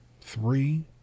three